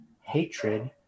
hatred